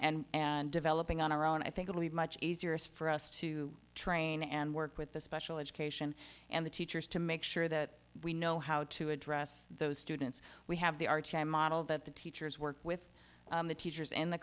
and and developing on our own i think it'll be much easier for us to train and work with the special education and the teachers to make sure that we know how to address those students we have the model that the teachers work with the teachers in the